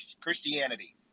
Christianity